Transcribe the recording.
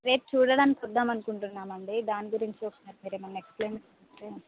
రేపు చూడటానికి వద్దామనుకుంటున్నామండి దాని గురించి ఒకసారి మీరేమైనా ఎక్స్ప్లేయిన్ చేస్తే